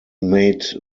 made